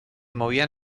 movían